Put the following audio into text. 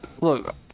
Look